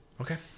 Okay